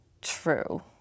true